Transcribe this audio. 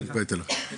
אם